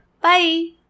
Bye